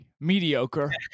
Mediocre